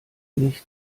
nicht